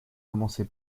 commencer